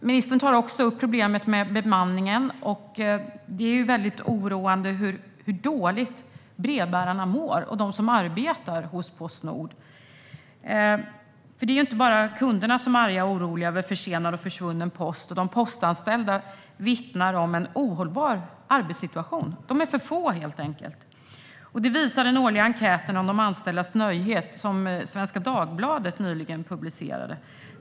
Ministern tar också upp problemet med bemanningen, och det är väldigt oroande hur dåligt brevbärarna och de som arbetar på Postnord mår. Det är inte bara kunderna som är arga och oroliga över försenad och försvunnen post; de postanställda vittnar om en ohållbar arbetssituation. De är helt enkelt för få. Detta visas i den årliga enkäten om de anställdas nöjdhet som Svenska Dagbladet nyligen publicerade.